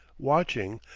watching,